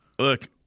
Look